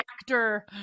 actor